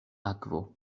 akvo